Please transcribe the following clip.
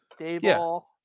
Dayball